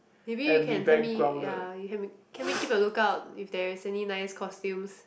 maybe you can help me ya you help me keep a lookout if there is any nice costumes